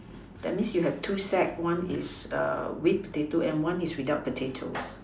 that means you have two sacks one is err with potatoes and one is without potatoes